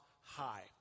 high